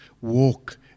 walk